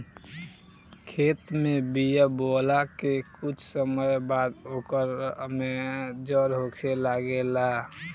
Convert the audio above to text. खेत में बिया बोआला के कुछ समय बाद ओकर में जड़ होखे लागेला